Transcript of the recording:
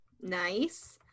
Nice